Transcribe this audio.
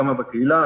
כמה בקהילה,